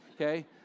Okay